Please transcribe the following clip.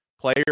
Player